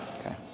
Okay